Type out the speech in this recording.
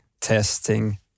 testing